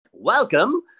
Welcome